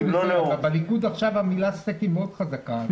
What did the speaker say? בליכוד עכשיו המילה סטייק מאוד חזקה.